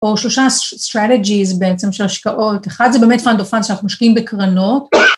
או שלושה strategies בעצם של השקעות, אחד זה באמת פנדופן שאנחנו שקיעים בקרנות.